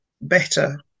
better